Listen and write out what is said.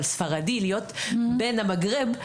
אבל ספרדי להיות בן המגרב,